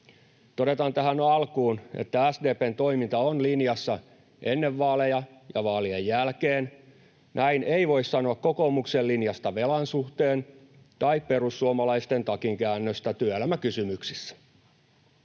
Todetaan nyt tähän alkuun, että SDP:n toiminta on linjassa ennen vaaleja ja vaalien jälkeen. Näin ei voi sanoa kokoomuksen linjasta velan suhteen tai perussuomalaisten takinkäännöstä työelämäkysymyksissä.